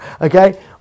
Okay